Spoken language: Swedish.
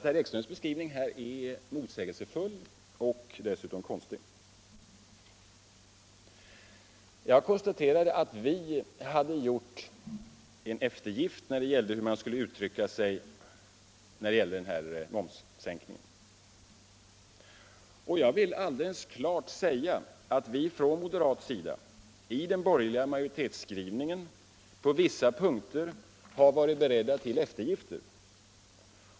Herr Ekströms beskrivning här är därför motsägelsefull och dessutom konstig. Jag konstaterar att vi hade gjort en eftergift när det gällde hur man skulle uttrycka sig om momssänkningen, och jag vill alldeles klart säga att vi från moderat sida i den borgerliga majoritetsskrivningen på vissa punkter har varit beredda till eftergifter.